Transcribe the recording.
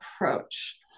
approach